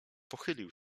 pochylił